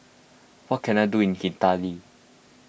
what can I do in Haiti